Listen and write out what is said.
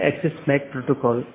BGP एक बाहरी gateway protocol है